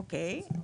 אוקיי.